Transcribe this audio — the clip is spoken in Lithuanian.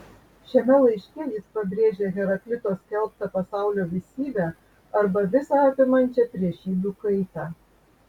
šiame laiške jis pabrėžia heraklito skelbtą pasaulio visybę arba visą apimančią priešybių kaitą